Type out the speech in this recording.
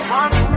one